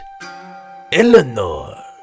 Eleanor